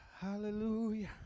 Hallelujah